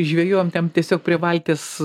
žvejojom ten tiesiog prie valties